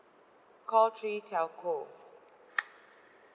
call three telco